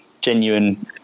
genuine